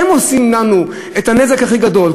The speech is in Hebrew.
הם עושים לנו את הנזק הכי גדול,